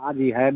हाँ जी है